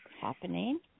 happening